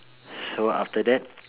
so after that